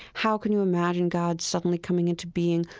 how can you imagine god suddenly coming into being?